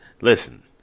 listen